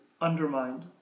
undermined